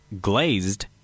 Glazed